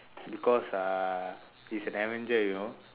because uh he's a avenger you now